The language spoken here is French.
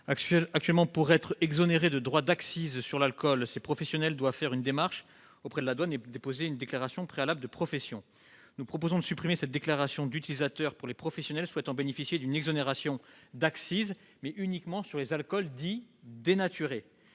Actuellement, pour être exonérés de droits d'accises sur l'alcool, ces professionnels doivent faire une demande auprès de la douane et déposer une déclaration préalable de profession. Nous proposons de supprimer cette déclaration d'utilisateur pour les professionnels souhaitant bénéficier d'une exonération d'accises sur les alcools dits « dénaturés ».